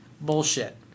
bullshit